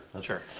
sure